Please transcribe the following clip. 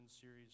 series